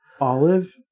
Olive